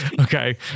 okay